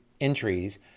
entries